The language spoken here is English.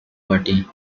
party